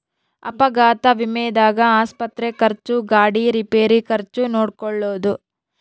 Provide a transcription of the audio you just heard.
ಅಪಘಾತ ವಿಮೆದಾಗ ಆಸ್ಪತ್ರೆ ಖರ್ಚು ಗಾಡಿ ರಿಪೇರಿ ಖರ್ಚು ನೋಡ್ಕೊಳೊದು